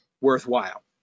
worthwhile